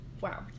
Wow